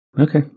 Okay